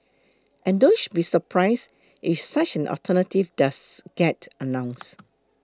and don't be surprised if such an alternative does get announced